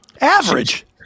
average